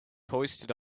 hoisted